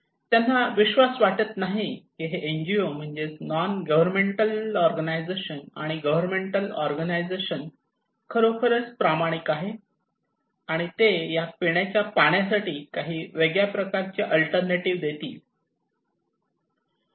त्यांना विश्वास वाटत नाही की हे NGO's म्हणजेच नॉन गव्हर्मेंटअल ऑर्गनायझेशन आणि गव्हर्मेंटअल ऑर्गनायझेशन खरोखर प्रामाणिक आहेत आणि ते या पिण्याच्या पाण्यासाठी काही वेगळ्या प्रकारचे अल्टरनेटिव्ह देतील